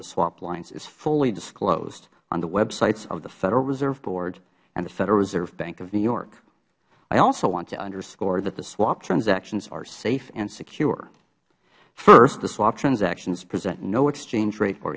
the swap lines is fully disclosed on the web sites of the federal reserve board and the federal reserve bank of new york i also want to underscore that the swap transactions are safe and secure first the swap transactions present no exchange rate or